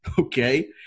okay